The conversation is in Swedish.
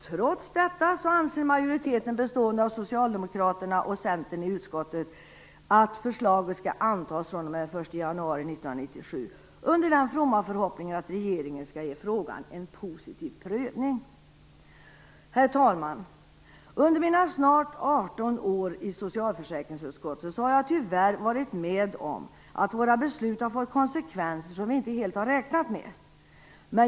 Trots detta anser majoriteten bestående av Socialdemokraterna och Centern i utskottet att förslaget skall antas fr.o.m. den 1 janunari 1997 i den fromma förhoppningen att regeringen skall ge frågan "en positiv prövning". Herr talman! Under mina snart 18 år i socialförsäkringsutskottet har jag tyvärr varit med om att våra beslut fått konsekvenser som vi inte räknat med.